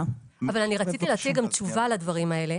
רציתי לתת תשובה לדברים האלה.